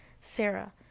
Sarah